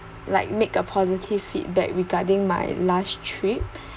like make a positive feedback regarding my last trip